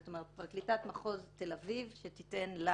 זאת אומרת, פרקליטת מחוז תל אביב תיתן ל...